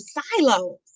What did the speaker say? silos